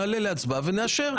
נעלה להצבעה ונאשר.